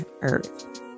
earth